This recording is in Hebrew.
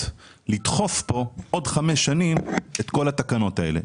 לדחוף כאן עוד חמש שנים את כל התקנות האלה.